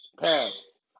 Pass